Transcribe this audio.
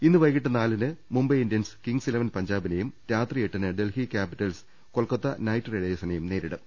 ഇന്ന് വൈകീട്ട് നാലിന് മുംബൈ ഇന്ത്യൻസ് കിംഗ്സ് ഇലവൻ പഞ്ചാബിനെയും രാത്രി എട്ടിന് ഡെൽഹി കൃാപ്പിറ്റൽസ് കൊൽക്കത്ത നൈറ്റ് റൈഡേഴ്സിനെയും നേരിടും